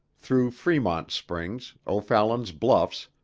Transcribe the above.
through fremont's springs, o'fallon's bluffs,